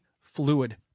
fluid